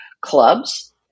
clubs